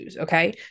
okay